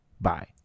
Bye